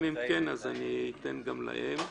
אם הם נמצאים, אז אני אתן גם להם.